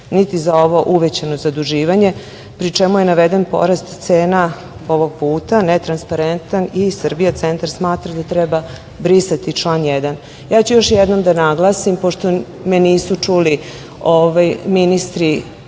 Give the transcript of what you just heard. niti za ovo uvećano zaduživanje pri čemu je naveden porast cena ovog puta netransparentan i Srbija centar smatra da treba brisati član 1.Još jednom ću da naglasim pošto me nisu čuli ministri